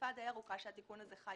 תקופה די ארוכה שבה התיקון הזה חי